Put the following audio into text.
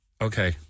okay